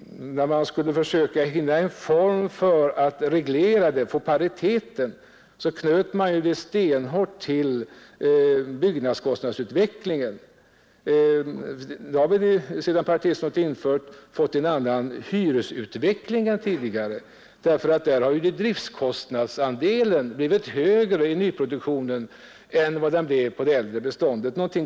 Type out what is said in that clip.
När vi försökte fastställa pariteten i sådana lån knöt vi den stenhårt till byggnadskostnadsutvecklingen. Men sedan paritetslånen infördes har vi fått en annan hyresutveckling än tidigare, därför att driftkostnadsandelen i nyproduktionen har blivit högre än i det äldre bostadsbeståndet.